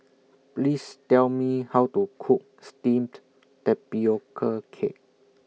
Please Tell Me How to Cook Steamed Tapioca Cake